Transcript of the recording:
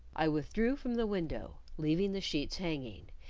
i withdrew from the window, leaving the sheets hanging,